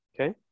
okay